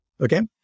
Okay